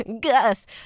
gus